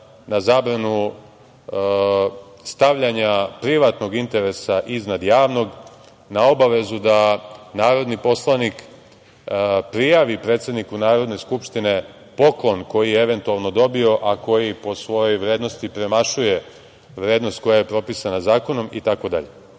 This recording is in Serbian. na zabranu stavljanja privatnog interesa iznad javnog, na obavezu da narodni poslanik prijavi predsedniku Narodne skupštine poklon koji je eventualno dobio, a koji po svojoj vrednosti premašuje vrednost koja je propisana zakonom, itd. Te